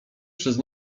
przez